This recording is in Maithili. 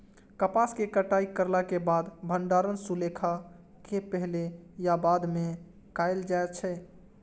कपास के कटाई करला के बाद भंडारण सुखेला के पहले या बाद में कायल जाय छै?